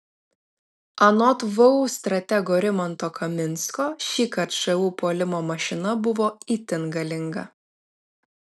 anot vu stratego rimanto kaminsko šįkart šu puolimo mašina buvo itin galinga